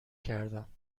کردم